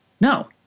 No